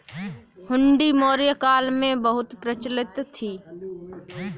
हुंडी मौर्य काल में बहुत प्रचलित थी